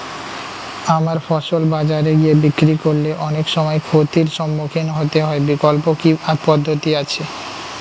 আমার ফসল বাজারে গিয়ে বিক্রি করলে অনেক সময় ক্ষতির সম্মুখীন হতে হয় বিকল্প কি পদ্ধতি আছে?